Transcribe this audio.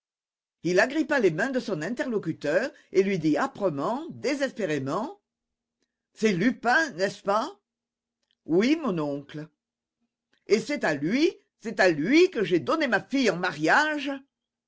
il agrippa les mains de son interlocuteur et lui dit âprement désespérément c'est lupin n'est-ce pas oui mon oncle et c'est à lui c'est à lui que j'ai donné ma fille en mariage